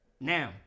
Now